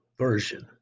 version